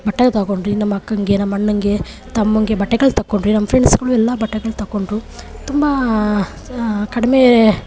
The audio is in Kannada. ಬಟ್ಟೆ ತಗೊಂಡ್ವಿ ನಮ್ಮ ಅಕ್ಕನಿಗೆ ನಮ್ಮ ಅಣ್ಣನಿಗೆ ತಮ್ಮನಿಗೆ ಬಟ್ಟೆಗಳು ತಗೊಂಡ್ವಿ ನಮ್ಮ ಫ್ರೆಂಡ್ಸುಗಳು ಎಲ್ಲ ಬಟ್ಟೆಗಳು ತಗೊಂಡ್ರು ತುಂಬ ಕಡಿಮೆ